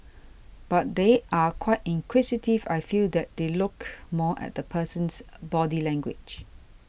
but they are quite inquisitive I feel that they look more at the person's body language